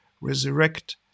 resurrect